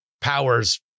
power's